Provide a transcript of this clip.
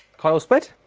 coil split